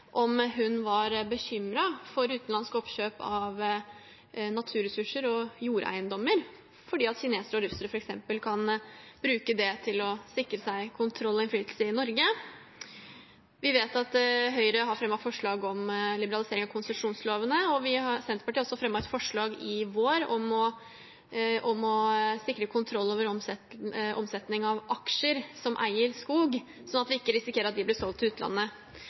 om hun var bekymret for utenlandske oppkjøp av naturressurser og jordeiendommer fordi kinesere og russere f.eks. kan bruke det til å sikre seg kontroll og innflytelse i Norge. Vi vet at Høyre har fremmet forslag om liberalisering av konsesjonslovene, og Senterpartiet fremmet i vår et forslag om å sikre kontroll over omsetning av aksjer som eier skog, så vi ikke risikerer at de blir solgt til utlandet.